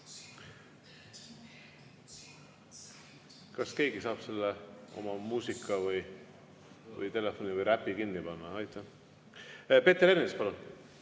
Kas keegi saab oma muusika või telefoni või räpi kinni panna? Peeter Ernits, palun!